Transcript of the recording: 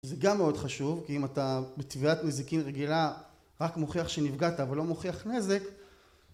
זה גם מאוד חשוב כי אם אתה בתביעת נזקין רגילה רק מוכיח שנפגעת אבל לא מוכיח נזק